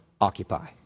occupy